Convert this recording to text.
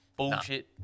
Bullshit